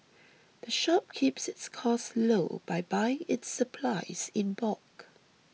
the shop keeps its costs low by buying its supplies in bulk